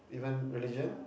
even religion